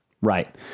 Right